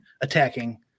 attacking